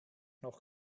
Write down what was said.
noch